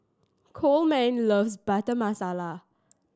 Coleman loves Butter Masala